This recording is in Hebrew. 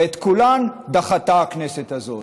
ואת כולן דחתה הכנסת הזאת.